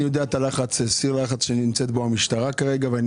אני יודע את סיר הלחץ שנמצאת בו המשטרה כרגע ואני